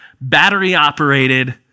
battery-operated